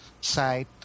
site